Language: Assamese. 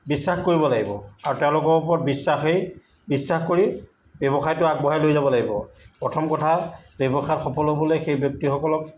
বিশ্বাস কৰিব লাগিব আৰু তেওঁলোকৰ ওপৰত বিশ্বাসেই বিশ্বাস কৰি ব্যৱসায়টো আগবঢ়াই লৈ যাব লাগিব প্ৰথম কথা ব্যৱসায়ত সফল হ'বলৈ সেই ব্যক্তিসকলক